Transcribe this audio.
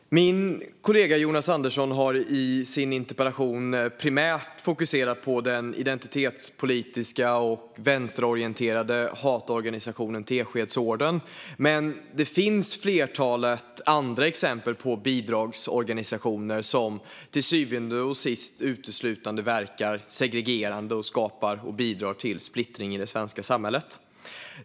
Fru talman! Min kollega Jonas Andersson har i sin interpellation primärt fokuserat på den identitetspolitiska och vänsterorienterade hatorganisationen Teskedsorden, men det finns ett flertal andra exempel på bidragsorganisationer som till syvende och sist uteslutande verkar segregerande och skapar och bidrar till splittring i det svenska samhället.